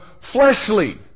fleshly